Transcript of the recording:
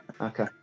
Okay